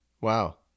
Wow